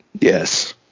Yes